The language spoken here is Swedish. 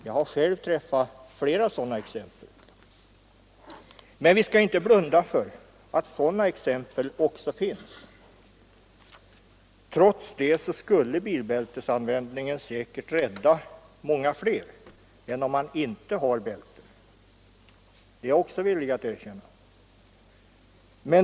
Jag har själv träffat på flera sådana exempel och vi skall inte blunda för att sådana exempel finns. Trots det skulle bilbältesanvändning säkert rädda många fler än om man inte har bälten. Det är jag också villig att erkänna.